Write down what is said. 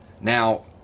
Now